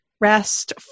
rest